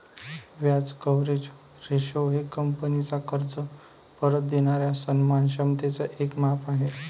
व्याज coverage ratio हे कंपनीचा कर्ज परत देणाऱ्या सन्मान क्षमतेचे एक माप आहे